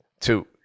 two